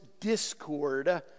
discord